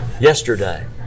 yesterday